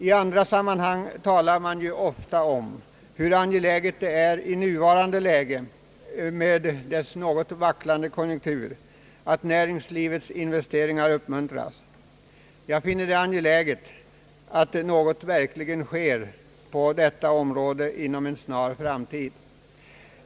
I andra sammanhang talar man ofta om hur viktigt det är i nuvarande något vacklande konjunktur att näringslivets investeringar uppmuntras. Jag finner det angeläget att något verkligen sker på detta område inom en snar framtid.